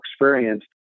experience